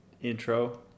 intro